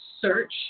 search